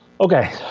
Okay